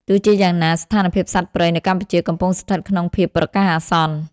ទោះជាយ៉ាងណា ស្ថានភាពសត្វព្រៃនៅកម្ពុជាកំពុងស្ថិតក្នុងភាពប្រកាសអាសន្ន។